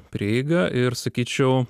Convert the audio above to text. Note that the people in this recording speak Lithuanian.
prieigą ir sakyčiau